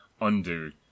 undo